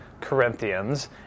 Corinthians